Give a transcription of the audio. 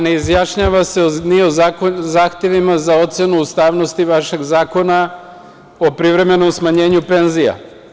Ne izjašnjava se ni o zahtevima za ocenu ustavnosti vašeg Zakona o privremenom smanjenju penzija.